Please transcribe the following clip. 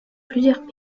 plusieurs